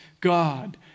God